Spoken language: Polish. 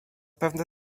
pewne